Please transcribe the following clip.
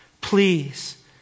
please